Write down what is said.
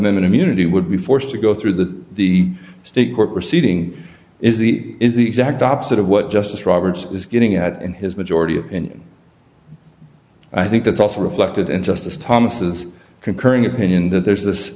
minute immunity would be forced to go through the the state court proceeding is the is the exact opposite of what justice roberts is getting at in his majority opinion i think that's also reflected in justice thomas concurring opinion that there's this